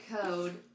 code